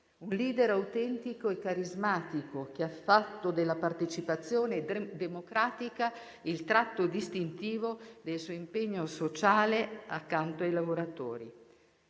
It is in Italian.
Un *leader* autentico e carismatico, che ha fatto della partecipazione democratica il tratto distintivo del suo impegno sociale accanto ai lavoratori.